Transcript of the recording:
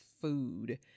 food